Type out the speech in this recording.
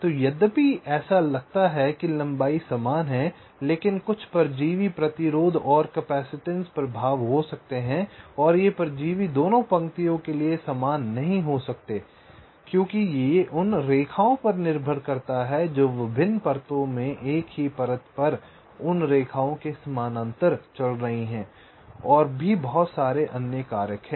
तो यद्यपि ऐसा लगता है कि लंबाई समान है लेकिन कुछ परजीवी प्रतिरोध और कैपेसिटेंस प्रभाव हो सकते हैं और ये परजीवी दोनों पंक्तियों के लिए समान नहीं हो सकते हैं क्योंकि यह उन रेखाओं पर निर्भर करता है जो विभिन्न परतों में एक ही परत पर उन रेखाओं के समानांतर चल रही हैं और भी बहुत सारे अन्य कारक हैं